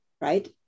right